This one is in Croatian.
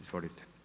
Izvolite.